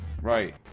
Right